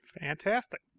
Fantastic